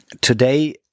Today